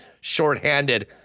shorthanded